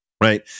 right